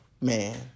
man